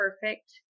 perfect